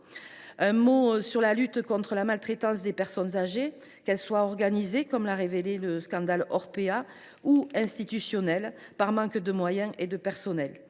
un mot de la lutte contre la maltraitance des personnes âgées, qu’elle soit organisée, comme l’a révélé le scandale Orpea, ou institutionnelle, par manque de moyens et de personnel.